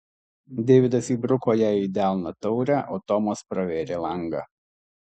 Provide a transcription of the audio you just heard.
deividas įbruko jai į delną taurę o tomas pravėrė langą